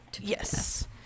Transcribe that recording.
yes